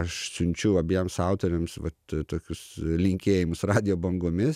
aš siunčiu abiems autoriams vat tokius linkėjimus radijo bangomis